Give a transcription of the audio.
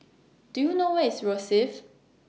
Do YOU know Where IS Rosyth